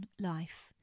life